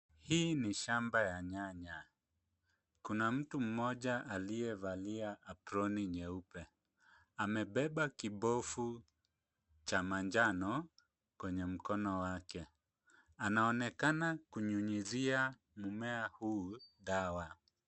Hii ni shamba ya nyanya, kuna mtu mmoja aliyevalia aproni nyeupe amebeba kibofu cha manjano kwenye mkono wake, anaonekana kunyunyuzia mmea huu dawa.